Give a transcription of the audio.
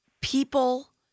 people